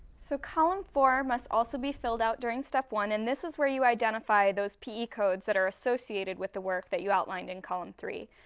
so, column four must also be filled out during step one, and this is where you identify those pe codes that are associated with the work that you outlined in column three.